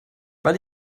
weil